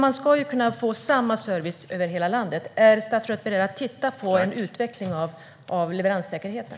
Samma service ska ges över hela landet. Är statsrådet beredd att titta på en utveckling av leveranssäkerheten?